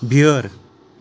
بیٛٲر